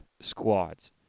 squads